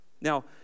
Now